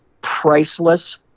priceless